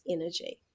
energy